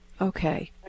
Okay